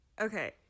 Okay